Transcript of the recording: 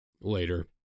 later